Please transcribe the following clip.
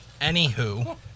Anywho